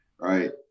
right